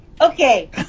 Okay